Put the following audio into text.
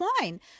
wine